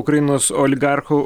ukrainos oligarchu